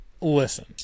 listen